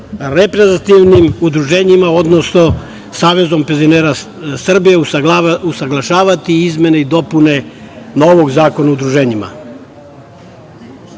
reprezentativnim udruženjima, odnosno Savezom penzionera Srbije, usaglašavati izmene i dopune novog Zakona o udruženjima. Članom